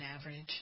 average